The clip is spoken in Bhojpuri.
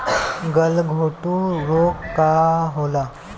गलघोंटु रोग का होला?